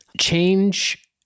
Change